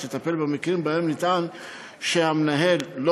שתטפל במקרים שבהם נטען שהמנהל לא